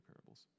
parables